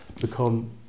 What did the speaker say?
become